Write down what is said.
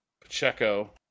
Pacheco